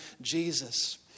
Jesus